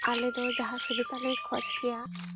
ᱟᱞᱮᱫᱚ ᱡᱟᱦᱟᱸ ᱥᱩᱵᱤᱛᱟᱞᱮ ᱠᱷᱚᱡ ᱠᱮᱭᱟ